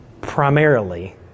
primarily